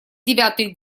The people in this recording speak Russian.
девятый